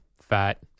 fat